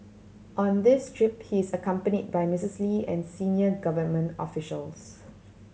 on this trip he is accompanied by Misses Lee and senior government officials